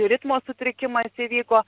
ritmo sutrikimas įvyko